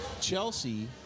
chelsea